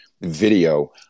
video